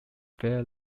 fair